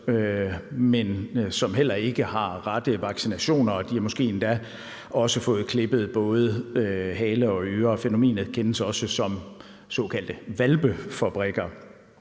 andet heller ikke har rette vaccinationer; de har måske endda også fået klippet både hale og ører. Fænomenet kendes også som såkaldte hvalpefabrikker.